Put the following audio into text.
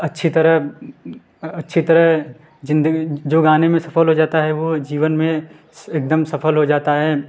अच्छी तरह अच्छी तरह ज़िंदगी जो गाने में सफल हो जाता है वह जीवन में एकदम सफल हो जाता है